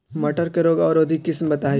मटर के रोग अवरोधी किस्म बताई?